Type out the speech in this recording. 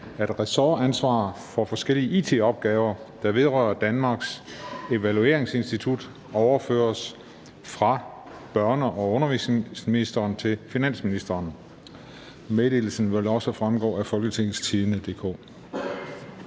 at ressortansvaret for forskellige it-opgaver, der vedrører Danmarks Evalueringsinstitut overføres fra børne- og undervisningsministeren til finansministeren. Meddelelsen vil også fremgå af www.folketingstidende.dk